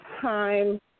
time